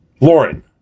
Lauren